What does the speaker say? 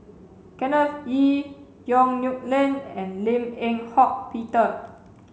Kenneth Kee Yong Nyuk Lin and Lim Eng Hock Peter